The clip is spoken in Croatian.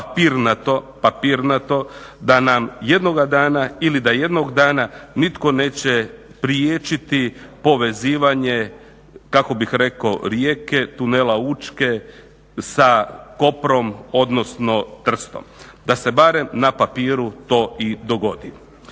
dogovoriti papirnato, da nam jednoga dana ili da jednog dana nitko neće priječiti povezivanje kako bih rekao Rijeke, Tunela Učke sa Koprom odnosno Trstom da se na papiru barem to i dogodi.